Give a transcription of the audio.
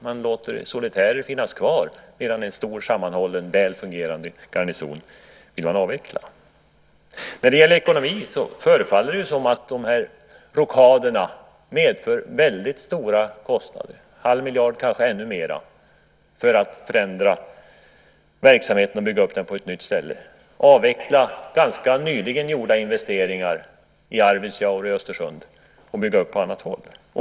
Man låter solitärer finnas kvar, medan en stor sammanhållen och en väl fungerande garnison ska avvecklas. När det gäller ekonomin förefaller det som att de här rockaderna medför väldigt stora kostnader, en halv miljard, kanske ännu mera, för att förändra verksamheten och bygga upp den på ett nytt ställe, avveckla ganska nyligen gjorda investeringar i Arvidsjaur och Östersund och bygga upp på annat håll.